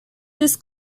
this